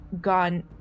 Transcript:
gone